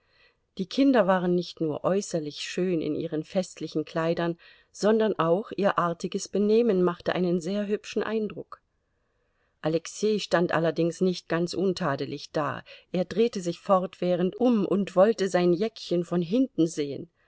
die kinder waren nicht nur äußerlich schön in ihren festlichen kleidern sondern auch ihr artiges benehmen machte einen sehr hübschen eindruck alexei stand allerdings nicht ganz untadelig da er drehte sich fortwährend um und wollte sein jäckchen von hinten sehen